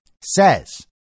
says